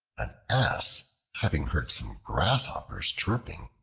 an ass having heard some grasshoppers chirping,